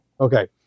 Okay